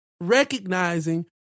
recognizing